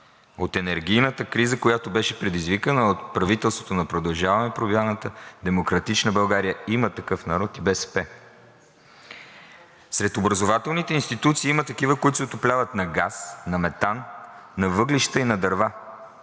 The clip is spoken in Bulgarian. от енергийната криза, която беше предизвикана от правителството на „Продължаваме Промяната“, „Демократична България“, „Има такъв народ“ и БСП. Сред образователните институции има такива, които се отопляват на газ, на метан, на въглища и на дърва.